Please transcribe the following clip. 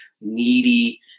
needy